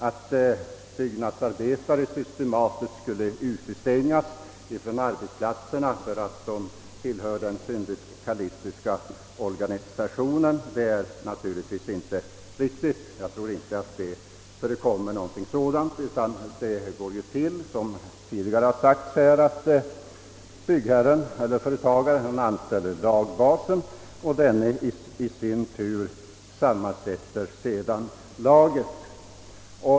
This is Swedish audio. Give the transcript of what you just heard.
Att byggnadsarbetare systematiskt skulle utestängas från arbetsplatserna därför att de tillhör den syndikalistiska organisationen är naturligtvis inte riktigt. Jag tror att något sådant inte förekommer, utan att det, såsom tidigare i debatten framhållits, går till så att byggherren eller företagaren i fråga anställer lagbasen, vilken i sin tur sammansätter laget.